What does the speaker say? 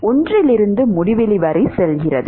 1 இலிருந்து முடிவிலிக்கு செல்கிறது